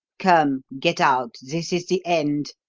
come, get out this is the end,